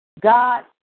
God